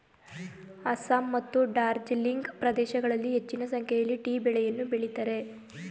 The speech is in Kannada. ಅಸ್ಸಾಂ ಮತ್ತು ಡಾರ್ಜಿಲಿಂಗ್ ಪ್ರದೇಶಗಳಲ್ಲಿ ಹೆಚ್ಚಿನ ಸಂಖ್ಯೆಯಲ್ಲಿ ಟೀ ಬೆಳೆಯನ್ನು ಬೆಳಿತರೆ